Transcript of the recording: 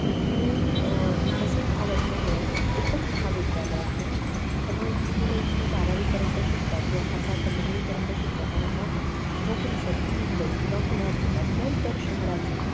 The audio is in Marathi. इथे विकसित भाग असल्यामुळे एकच महाविद्यालय आहे त्यामुळे इथली मुलं इथे बारावीपर्यंत शिकतात किंवा फार फार पंधरावीपर्यंत शिकतात आणि मग नोकरीसाठी मुंबई किंवा पुण्यात जातात किंवा इतर शहरात जातात